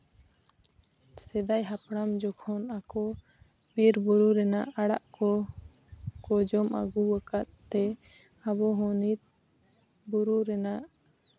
ᱥᱮᱫᱟᱭ ᱦᱟᱯᱲᱟᱢ ᱡᱚᱠᱷᱚᱱ ᱟᱠᱚ ᱵᱤᱨᱼᱵᱩᱨᱩ ᱨᱮᱱᱟᱜ ᱟᱲᱟᱜ ᱠᱚ ᱠᱚ ᱡᱚᱢ ᱟᱹᱜᱩ ᱟᱠᱟᱫ ᱛᱮ ᱟᱵᱚ ᱱᱤᱛ ᱵᱩᱨᱩ ᱨᱮᱱᱟᱜ